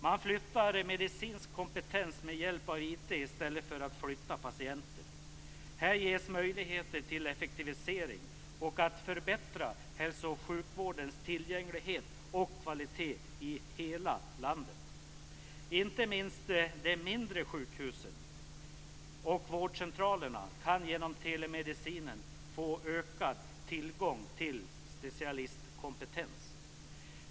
Man flyttar medicinsk kompetens med hjälp av IT i stället för att flytta patienter. Här ges möjligheter till effektivisering och förbättring av hälso och sjukvårdens tillgänglighet och kvalitet i hela landet. Inte minst de mindre sjukhusen och vårdcentralerna kan genom telemedicinen få ökad tillgång till specialistkompetens.